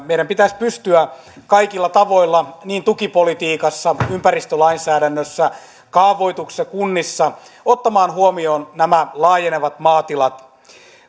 meidän pitäisi pystyä kaikilla tavoilla niin tukipolitiikassa ympäristölainsäädännössä kuin kunnissa kaavoituksessa ottamaan huomioon nämä laajenevat maatilat